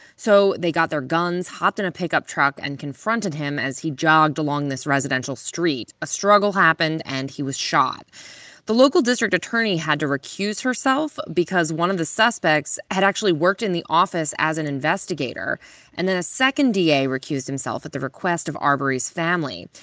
so they got their guns, hopped in a pickup truck, and confronted him as he jogged along this residential street. a struggle happened and he was shot the local district attorney had to recuse herself because one of the suspects had actually worked in the office as an investigator and then, a second da recused himself at the request of arbery's family.